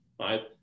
right